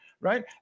right